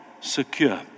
secure